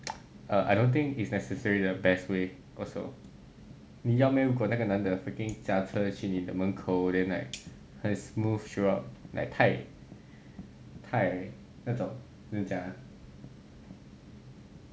I don't think is necessary the best way also 你要 meh 如果那个男的 freaking 驾车去你的门口 then like 很 smooth throughout like 太太怎么样讲